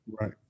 Right